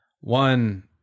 one